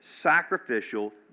sacrificial